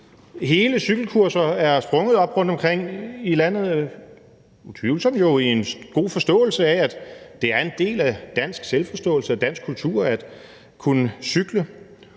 Hele cykelkurser er sprunget op rundtomkring i landet – utvivlsomt jo i en god forståelse af, at det er en del af dansk selvforståelse og dansk kultur at kunne cykle.